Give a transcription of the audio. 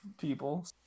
people